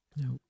No